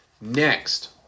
Next